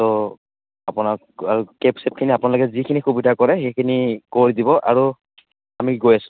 ত' আপোনাক আৰু কেব চেবখিনি আপোনালোকে যিখিনি সুবিধা কৰে সেইখিনি কৰি দিব আৰু আমি গৈ আছোঁ